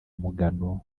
mugano